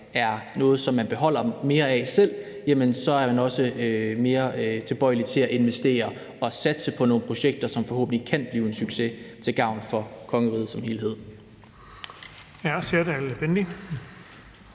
altså at man beholder noget mere af det selv, så er man også mere tilbøjelig til at investere og satse på nogle projekter, som forhåbentlig kan blive en succes til gavn for kongeriget som helhed.